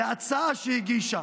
על הצעה שהגישה.